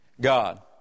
God